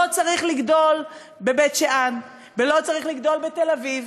לא צריך לגדול בבית-שאן, ולא צריך לגדול בתל-אביב,